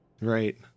Right